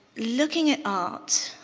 looking at art